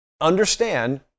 understand